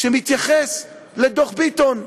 שמתייחס לדוח ביטון.